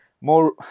more